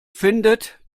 findet